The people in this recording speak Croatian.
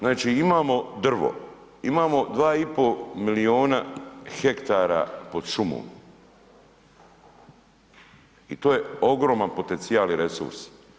Znači imamo drvo, imamo 2 i po miliona hektara pod šumom i to je ogroman potencijal i resurs.